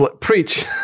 Preach